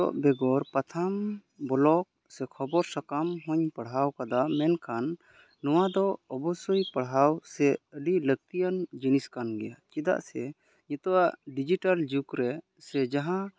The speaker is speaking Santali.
ᱵᱮᱜᱚᱨ ᱯᱟᱛᱷᱟᱢ ᱵᱚᱞᱚᱜᱽ ᱥᱮ ᱠᱷᱚᱵᱚᱨ ᱥᱟᱠᱟᱢ ᱦᱚᱧ ᱯᱟᱲᱦᱟᱣ ᱟᱠᱟᱫᱟ ᱢᱮᱱᱠᱷᱟᱱ ᱱᱚᱣᱟ ᱫᱚ ᱚᱵᱚᱥᱥᱳᱭ ᱯᱟᱲᱦᱟᱣ ᱥᱮ ᱟᱹᱰᱤ ᱞᱟᱹᱠᱛᱤᱭᱟᱱ ᱡᱤᱱᱤᱥ ᱠᱟᱱ ᱜᱮᱭᱟ ᱪᱮᱫᱟᱜ ᱥᱮ ᱱᱤᱛᱳᱜᱟᱜ ᱰᱤᱡᱤᱴᱟᱞ ᱡᱩᱜᱽ ᱨᱮ ᱥᱮ ᱡᱟᱦᱟᱸ